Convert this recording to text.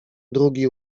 drugi